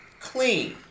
clean